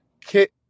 Kit